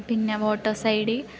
പിന്നെ voters I D